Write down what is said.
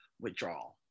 withdrawal